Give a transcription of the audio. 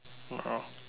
a'ah